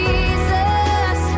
Jesus